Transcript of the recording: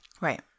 Right